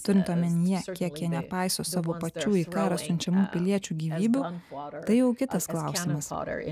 turint omenyje kiek jie nepaiso savo pačių į karą siunčiamų piliečių gyvybių tai jau kitas klausimas